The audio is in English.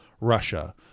Russia